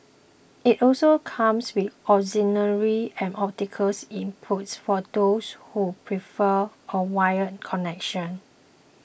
it also comes with auxiliary and optical inputs for those who prefer a wired connection